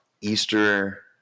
Easter